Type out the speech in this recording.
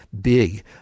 big